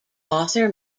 author